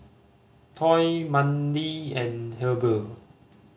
Toy Mandie and Heber